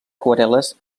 aquarel·les